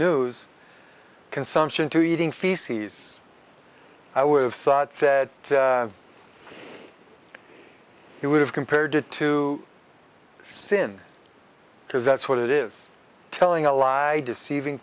news consumption to eating feces i would have thought that he would have compared it to sin because that's what it is telling a lie deceiving